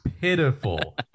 pitiful